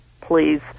please